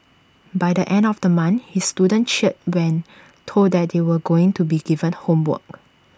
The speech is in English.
by the end of the month his students cheered when told that they were going to be given homework